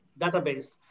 database